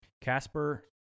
Casper